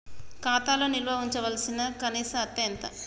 ఖాతా లో నిల్వుంచవలసిన కనీస అత్తే ఎంత?